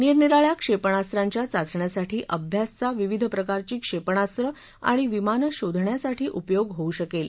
निरनिराळ्या क्षेपणास्त्रांच्या चाचण्यांसाठी तसंच विविध प्रकारची क्षेपणास्त्रं आणि विमानं शोधण्यासाठी अभ्यासचा उपयोग होऊ शकेल